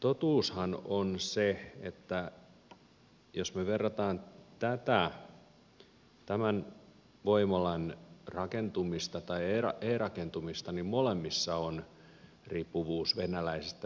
totuushan on se että jos me vertaamme tätä tämän voimalan rakentumista tai ei rakentumista niin molemmissa on riippuvuus venäläisestä ydinvoimasta